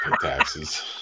Taxes